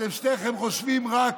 אתם שניכם חושבים רק